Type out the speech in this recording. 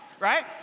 right